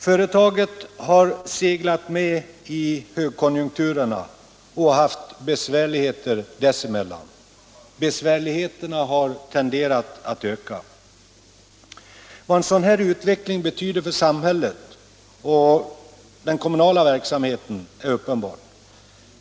Företaget har seglat med i högkonjunkturerna och haft besvärligheter dessemellan. Besvärligheterna har tenderat att öka. Vad en sådan här utveckling betyder för samhället och den kommunala verksamheten är uppenbart.